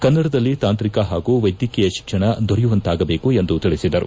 ಕನ್ನಡದಲ್ಲಿ ತಾಂತ್ರಿಕ ಹಾಗೂ ವೈದ್ಯಕೀಯ ಶಿಕ್ಷಣ ದೊರೆಯುವಂತಾಗಬೇಕು ಎಂದು ತಿಳಿಸಿದರು